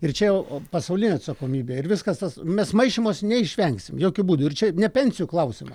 ir čia jau pasaulinė atsakomybė ir viskas tas mes maišymosi neišvengsim jokiu būdu ir čia ne pensijų klausima